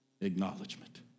Acknowledgement